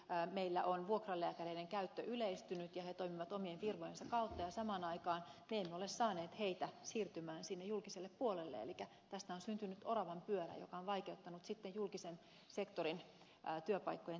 nimittäin meillä on vuokralääkäreiden käyttö yleistynyt ja he toimivat omien firmojensa kautta ja samaan aikaan me emme ole saaneet heitä siirtymään sinne julkiselle puolelle elikkä tästä on syntynyt oravanpyörä joka on vaikeuttanut sitten julkisen sektorin työpaikkojen täyttämistä